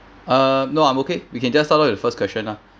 uh no I'm okay we can just start of with the first question lah